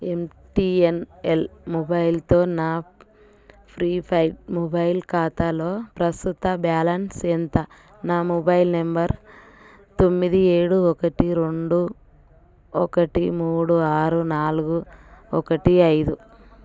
ఎం T N L మొబైల్తో నా prepaid mobile ఖాతాలో ప్రస్తుత బ్యాలెన్స్ ఎంత నా మొబైల్ నెంబర్ తొమ్మిది ఏడు ఒకటి రెండు ఒకటి మూడు ఆరు నాలుగు ఒకటి ఐదు